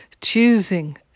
choosing